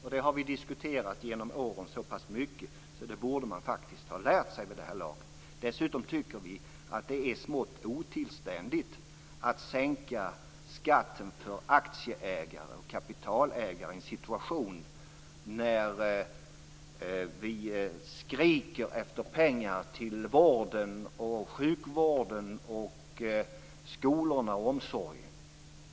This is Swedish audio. Detta har vi diskuterat så pass mycket genom åren att man faktiskt borde ha lärt sig det vid det här laget. Dessutom tycker vi att det är smått otillständigt att sänka skatten för aktieägare och kapitalägare i en situation där vi skriker efter pengar till vården, sjukvården, skolorna och omsorgen.